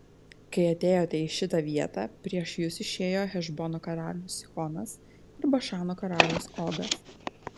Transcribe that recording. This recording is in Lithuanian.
kai atėjote į šitą vietą prieš jus išėjo hešbono karalius sihonas ir bašano karalius ogas